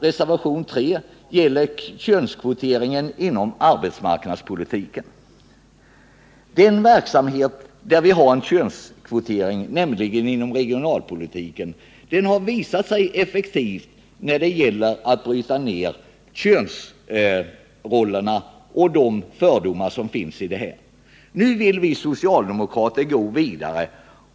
Reservationen 3 gäller könskvotering inom arbetsmarknadspolitiken. Inom den verksamhet där könskvotering förekommit, nämligen inom regionalpolitiken, har den visat sig effektiv när det gällt att förändra könsrollerna och bryta ned de fördomar som finns. Nu vill vi socialdemokrater gå vidare.